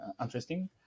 interesting